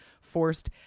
forced